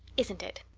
isn't it?